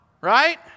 right